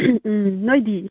ꯎꯝ ꯅꯣꯏꯗꯤ